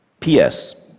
p s.